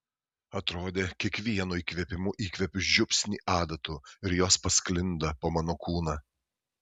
atrodė kiekvienu įkvėpimu įkvepiu žiupsnį adatų ir jos pasklinda po mano kūną